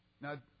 Now